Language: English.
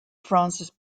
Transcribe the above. francis